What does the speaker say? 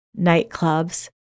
nightclubs